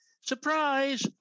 surprise